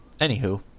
Anywho